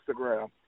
Instagram